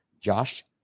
Josh